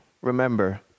remember